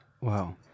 Wow